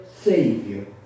Savior